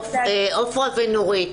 עפרה ונורית,